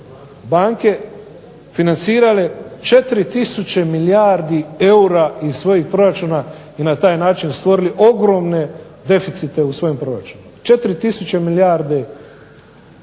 banke financirale 4 tisuće milijardi eura iz svojih proračuna i na taj način stvorili ogromne deficite u svom proračunu. 4 tisuće milijardi